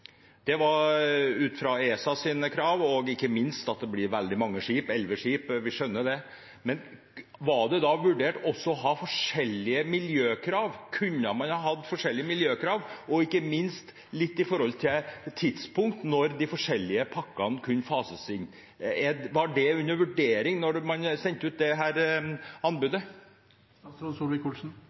ut fra ESAs krav. Ikke minst blir det veldig mange skip, elleve skip. Var det vurdert også å ha forskjellige miljøkrav? Kunne man hatt forskjellige miljøkrav? Ikke minst gjelder det tidspunktet for når de forskjellige pakkene kunne fases inn. Var det under vurdering da man sendte ut dette anbudet?